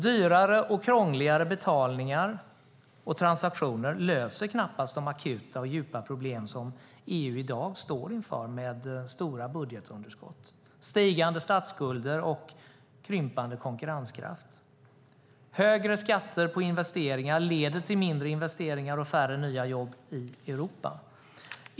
Dyrare och krångligare betalningar och transaktioner löser knappast de akuta och djupa problem som EU i dag står inför med stora budgetunderskott, stigande statsskulder och krympande konkurrenskraft. Högre skatter på investeringar leder till mindre investeringar och färre nya jobb i Europa.